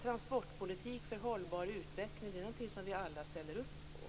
Transportpolitik för en hållbar utveckling är någonting som vi alla ställer upp på.